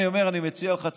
אני מציע לך,